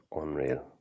unreal